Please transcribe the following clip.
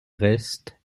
reste